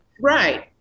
Right